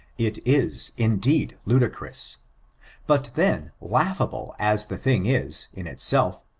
it is, indeed, ludicrous but then, laughable as the thing is, in itself,